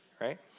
right